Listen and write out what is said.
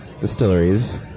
distilleries